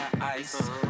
ice